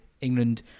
England